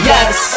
Yes